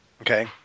Okay